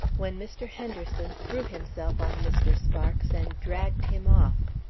when mr. henderson threw himself on mr. sparks and dragged him off.